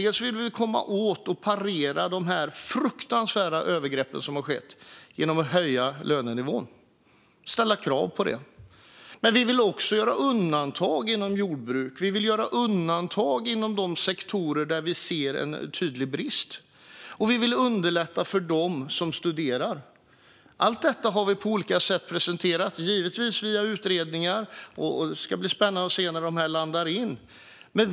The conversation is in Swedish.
Bland annat vill vi parera de fruktansvärda övergrepp som har skett genom att ställa krav på att höja lönenivån. Men vi vill också göra undantag inom jordbruk och inom de sektorer där det finns en tydlig brist på arbetskraft. Och vi vill underlätta för dem som studerar. Allt detta har vi på olika sätt presenterat, givetvis via utredningar. Det ska bli spännande att se vilket resultat de landar i.